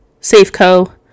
Safeco